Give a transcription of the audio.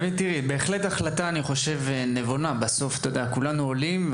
תודה, דוד, ההחלטה היא נבונה, בסוף כולנו עולים.